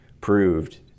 proved